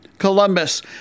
Columbus